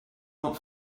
not